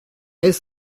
est